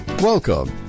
Welcome